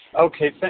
Okay